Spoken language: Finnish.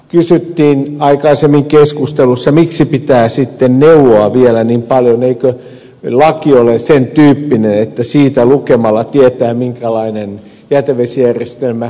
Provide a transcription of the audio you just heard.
täällä kysyttiin aikaisemmin keskustelussa miksi pitää sitten neuvoa vielä niin paljon eikö laki ole sen tyyppinen että siitä lukemalla tietää minkälainen jätevesijärjestelmä kiinteistööni tarvitaan